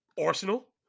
arsenal